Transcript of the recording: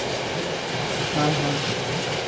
ᱚᱸᱻ ᱦᱚᱸ